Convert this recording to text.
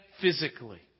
physically